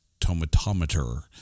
tomatometer